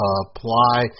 apply